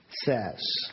says